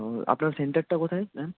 ও আপনার সেন্টারটা কোথায় ম্যাম